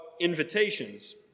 invitations